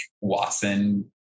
Watson